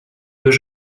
deux